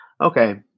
Okay